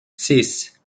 sis